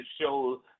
Show